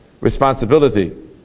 responsibility